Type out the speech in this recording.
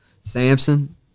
Samson